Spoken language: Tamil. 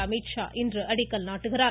அமித்ஷா இன்று அடிக்கல் நாட்டுகிறார்